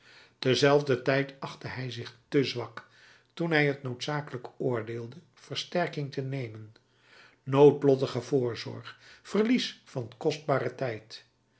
tezelfdertijd achtte hij zich te zwak toen hij het noodzakelijk oordeelde versterking te nemen noodlottige voorzorg verlies van kostbaren tijd